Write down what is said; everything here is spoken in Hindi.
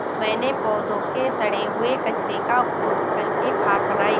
मैंने पौधों के सड़े हुए कचरे का उपयोग करके खाद बनाई